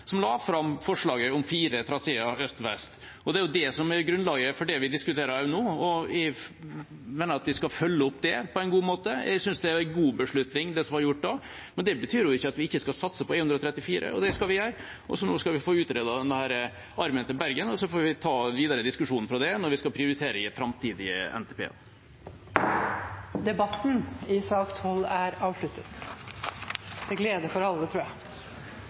som la fram forslaget om fire traseer øst–vest. Det er det som er grunnlaget for det vi diskuterer her nå, og jeg mener at vi skal følge opp det på en god måte. Jeg synes det var en god beslutning som ble tatt da, men det betyr ikke at vi ikke skal satse på E134, det skal vi gjøre. Nå skal vi få utredet denne armen til Bergen, og så får vi ta diskusjonen videre fra det når vi skal prioritere i framtidige NTP-er. Flere har ikke bedt om ordet til sak nr. 12. Etter ønske fra familie- og kulturkomiteen vil presidenten ordne debatten slik: 3 minutter til